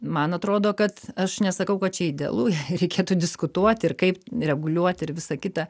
man atrodo kad aš nesakau kad čia idealu reikėtų diskutuoti ir kaip reguliuoti ir visa kita